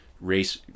race